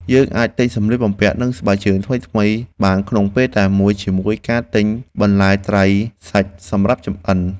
យើងអាចទិញសម្លៀកបំពាក់និងស្បែកជើងថ្មីៗបានក្នុងពេលតែមួយជាមួយការទិញបន្លែត្រីសាច់សម្រាប់ចម្អិន។